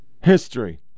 history